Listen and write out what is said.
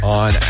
on